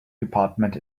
department